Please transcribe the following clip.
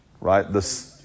right